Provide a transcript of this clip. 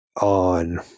on